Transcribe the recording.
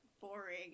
boring